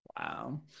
Wow